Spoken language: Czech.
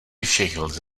všech